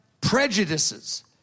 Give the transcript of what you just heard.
prejudices